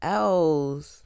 else